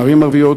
מערים ערביות,